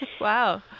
Wow